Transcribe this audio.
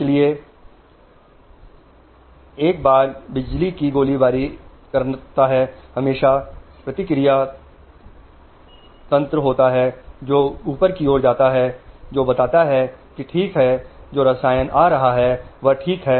इसलिए एक बार जब बिजली की फायरिंग होती है तो हमेशा फीडबैक सिस्टम होता है जो ऊपर की ओर जाता है जो यह बताता है कि हमारे लिए सब ठीक है जो रसायन आ रहा है वह सब ठीक है